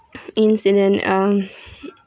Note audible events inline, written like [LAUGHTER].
[BREATH] incident uh [BREATH]